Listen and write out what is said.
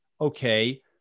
okay